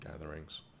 gatherings